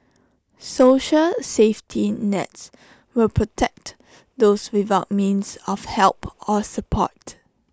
social safety nets will protect those without means of help or support